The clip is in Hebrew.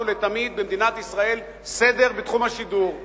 ולתמיד סדר בתחום השידור במדינת ישראל,